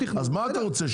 אז מה אתה רוצה,